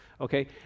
okay